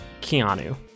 Keanu